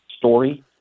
story